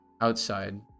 outside